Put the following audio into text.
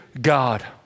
God